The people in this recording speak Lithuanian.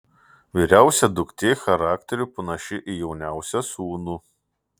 vyriausia duktė charakteriu panaši į jauniausią sūnų